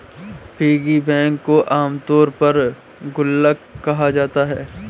piggy bank को आमतौर पर गुल्लक कहा जाता है